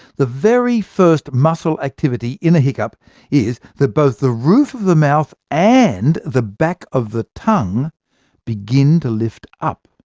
the very first muscle activity in a hiccup is that both the roof of the mouth and the back of the tongue begin to lift up.